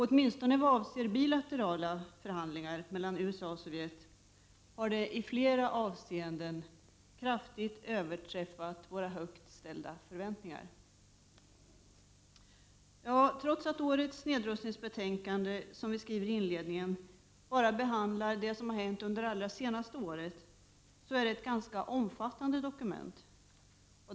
Åtminstone de bilaterala förhandlingarna mellan USA och Sovjet har i flera avseenden kraftigt överträffat våra högt ställda förväntningar. Trots att årets nedrustningsbetänkande som vi skriver i inledningen endast behandlar utvecklingen under det senaste året, är det ett ganska omfattande dokument.